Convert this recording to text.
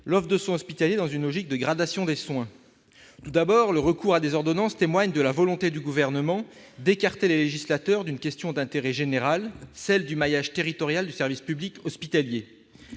l'offre de soins hospitaliers dans une logique de gradation des soins. Tout d'abord, le recours à des ordonnances témoigne de la volonté du Gouvernement d'écarter le législateur d'une question d'intérêt général, celle du maillage territorial du service public hospitalier.